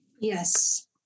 Yes